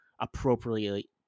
appropriately